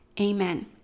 Amen